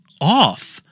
off